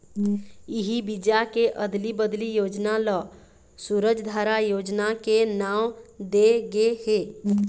इही बीजा के अदली बदली योजना ल सूरजधारा योजना के नांव दे गे हे